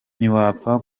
ntiwapfa